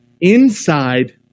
inside